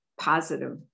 positive